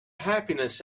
happiness